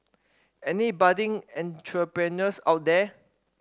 any budding entrepreneurs out there